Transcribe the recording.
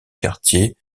quartier